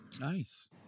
Nice